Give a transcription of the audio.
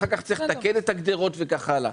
ואחר כך צריך לתקן את הגדרות וכך הלאה.